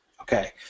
Okay